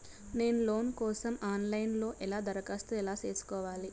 నేను లోను కోసం online లో ఎలా దరఖాస్తు ఎలా సేసుకోవాలి?